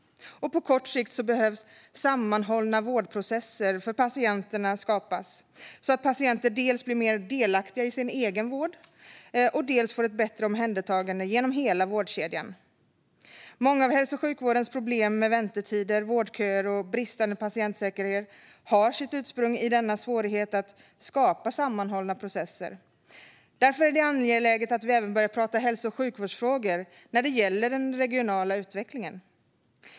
På kort sikt behöver sammanhållna vårdprocesser för patienterna skapas så att patienter dels blir mer delaktiga i sin egen vård, dels får ett bättre omhändertagande genom hela vårdkedjan. Många av hälso och sjukvårdens problem med väntetider, vårdköer och bristande patientsäkerhet har sitt ursprung i denna svårighet att skapa sammanhållna processer. Därför är det angeläget att vi även börjar prata hälso och sjukvårdsfrågor när det gäller den regionala utvecklingen.